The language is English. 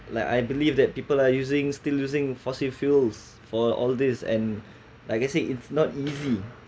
like I believe that people are using still using fossil fuels for all these and like I said it's not easy